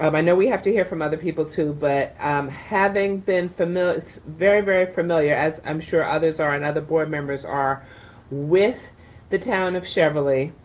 um i know we have to hear from other people too, but um having been very, very familiar as i'm sure others are and other board members are with the town of cheverly,